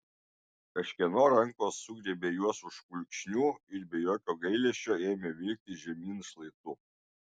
kažkieno rankos sugriebė juos už kulkšnių ir be jokio gailesčio ėmė vilkti žemyn šlaitu